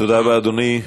תודה רבה, אדוני.